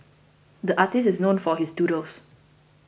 the artist is known for his doodles